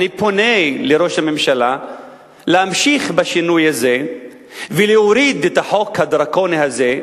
אני פונה אל ראש הממשלה להמשיך בשינוי הזה ולהוריד את החוק הדרקוני הזה,